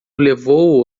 levou